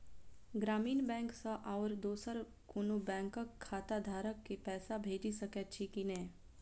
ग्रामीण बैंक सँ आओर दोसर कोनो बैंकक खाताधारक केँ पैसा भेजि सकैत छी की नै?